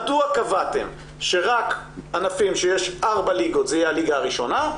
מדוע קבעתם שרק ענפים שיש ארבע ליגות זה יהיה הליגה הראשונה,